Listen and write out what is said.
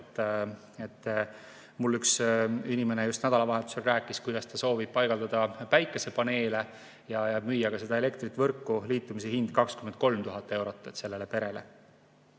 Mulle üks inimene just nädalavahetusel rääkis, kuidas ta soovib paigaldada päikesepaneele ja müüa seda elektrit võrku: liitumise hind on 23 000 eurot sellele perele.